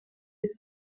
les